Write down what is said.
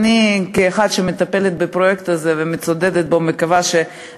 כמי שמטפלת בפרויקט הזה ומצדדת בו אני מקווה שזה